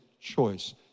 choice